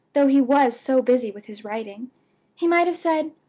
though he was so busy with his writing he might have said,